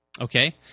Okay